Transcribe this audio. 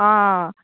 आं